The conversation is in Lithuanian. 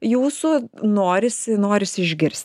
jūsų norisi norisi išgirsti